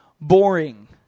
boring